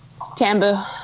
Tambu